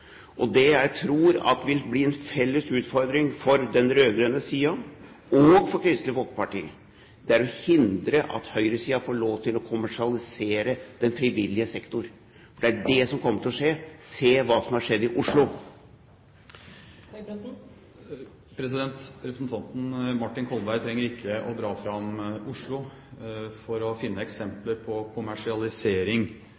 Og det jeg tror vil bli en felles utfordring for den rød-grønne siden – og for Kristelig Folkeparti – er å hindre at høyresiden får lov til å kommersialisere den frivillige sektor. For det er det som kommer til å skje. Se hva som har skjedd i Oslo! Representanten Martin Kolberg trenger ikke å dra fram Oslo for å finne